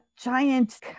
giant